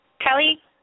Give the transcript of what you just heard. Kelly